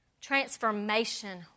transformation